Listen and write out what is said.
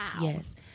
Yes